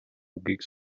үгийг